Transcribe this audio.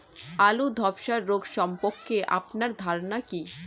আলু ধ্বসা রোগ সম্পর্কে আপনার ধারনা কী?